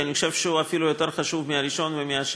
כי אני חושב שהוא אפילו יותר חשוב מהראשון ומהשני.